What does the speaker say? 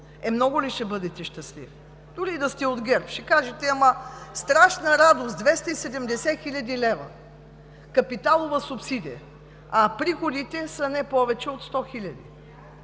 Е, много ли ще бъдете щастлив, дори и да сте от ГЕРБ? Ще кажете: ама страшна радост – 270 хил. лв. капиталова субсидия, а приходите са не повече от 100 хиляди,